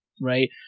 right